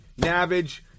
Navage